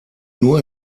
nur